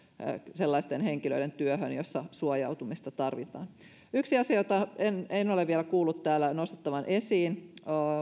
sellaisten henkilöiden työhön jossa suojautumista tarvitaan yksi asia jota en ole vielä kuullut täällä nostettavan esiin